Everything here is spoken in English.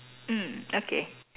mm okay